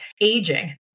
aging